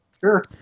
Sure